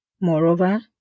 Moreover